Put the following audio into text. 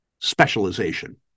specialization